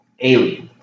alien